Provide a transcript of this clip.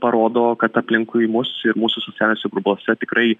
parodo kad aplinkui mus ir mūsų socialiniuose burbuluose tikrai